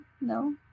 no